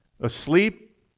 Asleep